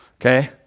Okay